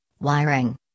wiring